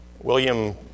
William